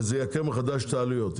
וזה ייקר מחדש את העלויות.